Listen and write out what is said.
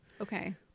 Okay